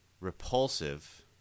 repulsive